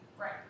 Right